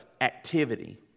activity